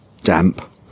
damp